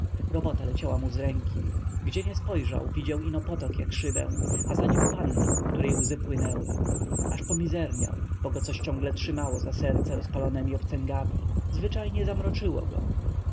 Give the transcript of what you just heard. robota leciała mu z ręki gdzie nie spojrzał widział ino potok jak szybę a za nią pannę której łzy płynęły aż pomizerniał bo go coś ciągle trzymało za serce rozpalonemi obcęgami zwyczajnie zamroczyło go